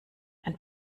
ein